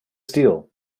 steel